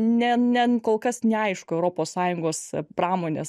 ne nen kol kas neaišku europos sąjungos pramonės